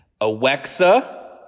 Awexa